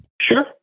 Sure